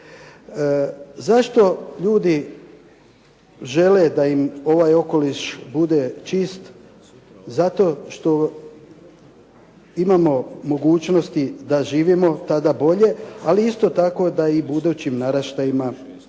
Zašto ljudi žele da im ovaj okoliš bude čist? Zato što imamo mogućnosti da živimo tada bolje, ali isto tako da i budućim naraštajima